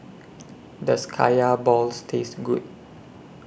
Does Kaya Balls Taste Good